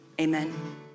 Amen